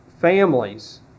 families